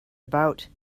about